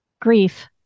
Grief